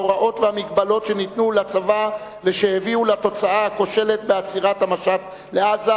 ההוראות והמגבלות שניתנו לצבא והביאו לתוצאה הכושלת בעצירת המשט לעזה,